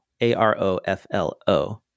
A-R-O-F-L-O